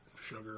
sugar